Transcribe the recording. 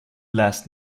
last